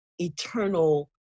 eternal